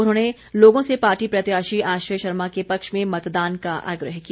उन्होंने लोगों से पार्टी प्रत्याशी आश्रय शर्मा के पक्ष में मतदान का आग्रह किया